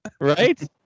right